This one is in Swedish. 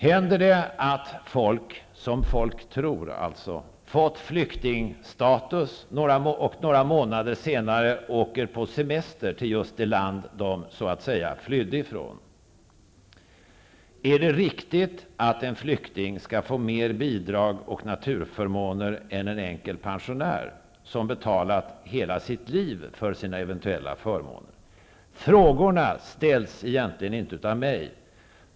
Händer det att folk som fått flyktingstatus några månader senare åker på semester till just det land som de så att säga flydde ifrån? Är det riktigt att en flykting skall få mer bidrag och naturförmåner än en enkel pensionär, som har betalat hela sitt liv för sina eventuella förmåner? Frågorna ställs egentligen inte av mig.